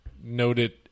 noted